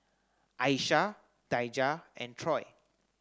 Aisha Daijah and Troy